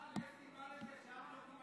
שמעתי פה את